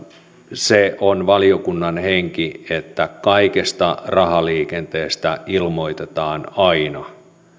se on valiokunnan henki että kaikesta rahaliikenteestä ilmoitetaan aina